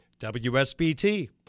WSBT